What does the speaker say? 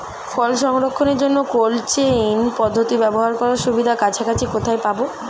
ফল সংরক্ষণের জন্য cold chain পদ্ধতি ব্যবহার করার সুবিধা কাছাকাছি কোথায় পাবো?